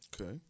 Okay